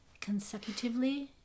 consecutively